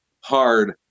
hard